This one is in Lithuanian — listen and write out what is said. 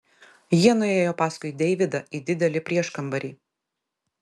jie nuėjo paskui deividą į didelį prieškambarį